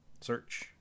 Search